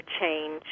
change